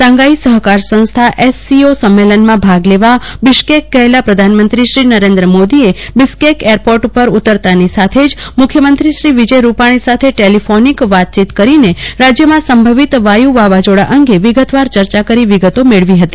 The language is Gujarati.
શાંઘાઈ સહકાર સંસ્થા સંમેલનમાં ભાગ લેવા બિશ્કેક ગયેલા પ્રધાનમંત્રી શ્રી નરેન્દ્રભાઈ મોદીએ બિશ્કેક એરપોર્ટ પર ઉતરતાની સાથે જ મુખ્યમંત્રી શ્રી વિજય રૂપારૂી સાથે ટેલિફોનિક વાતચીત કરીને રાજ્યમાં સંભવિત વાયુ વાવાઝોડા અંગે વિગતવાર ચર્ચા કરીને વિગતો મેળવી હતી